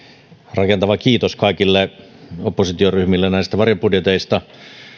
rakentava kiitos kaikille oppositioryhmille näistä varjobudjeteista